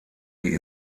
die